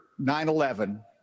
9-11